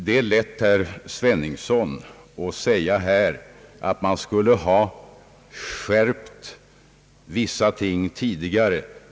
Det är lätt, herr Sveningsson, att säga att man skulle ha skärpt lagstiftningen tidigare.